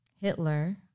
Hitler